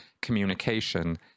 communication